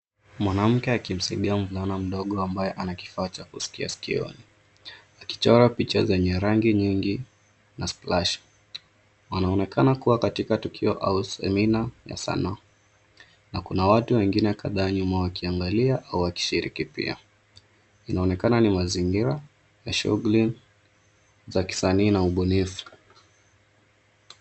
Mwanamke akimsaidia mvulana mdogo ambaye ana kifaa cha kusikia sikioni, akichora picha zenye rangi nyingi na splash .Anaonekana kuwa katika tukio au semina ya sanaa na kuna watu wengine kadhaa nyuma wakiangalia au wakishiriki pia. Inaonekana ni mazingira ya shughuli za kisanii na ubunifu.